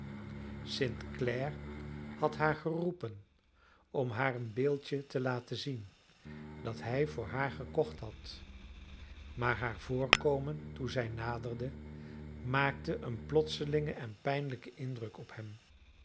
clare had haar geroepen om haar een beeldje te laten zien dat hij voor haar gekocht had maar haar voorkomen toen zij naderde maakte een plotselingen en pijnlijken indruk op hem